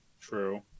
True